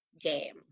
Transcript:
game